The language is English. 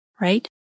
right